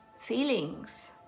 feelings